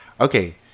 okay